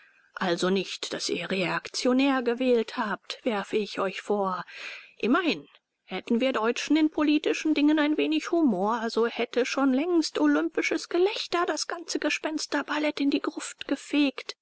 also nicht daß ihr reaktionär gewählt habt werfe ich euch vor immerhin hätten wir deutschen in politischen dingen ein wenig humor so hätte schon längst olympisches gelächter das ganze gespensterballett in die gruft gefegt